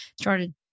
started